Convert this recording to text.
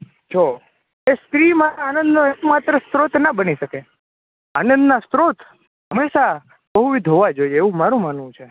જો એક સ્ત્રી માં આનંદ એકમાત્ર સ્ત્રોત ના બની શકે આનંદના સ્ત્રોત હમેશા એવું મારું માનવું છે